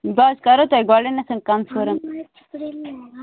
بہٕ حظ کرو تۄہہِ گۄڈٕنٮ۪تھ کنفٲرٕم